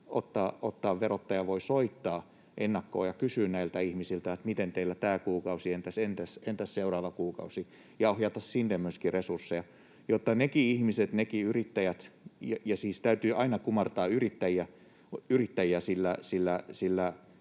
ottaa — verottaja voi soittaa ennakkoon ja kysyä näiltä ihmisiltä, että miten teillä meni tämä kuukausi, entäs seuraava kuukausi — ja voidaanko ohjata myöskin sinne resursseja, jotta nekin ihmiset, nekin yrittäjät — siis täytyy aina kumartaa yrittäjiä, sillä